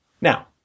Now